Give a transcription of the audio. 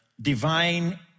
divine